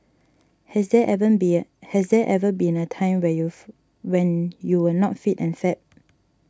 has there ever been has there ever been a time when you when you were not fit and fab